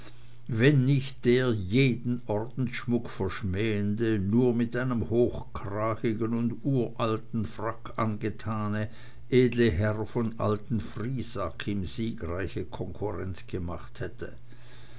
wenn nicht der jeden ordensschmuck verschmähende nur mit einem hochkragigen und uralten frack angetane edle herr von alten friesack ihm siegreiche konkurrenz gemacht hätte